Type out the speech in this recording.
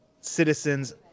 citizens